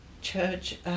church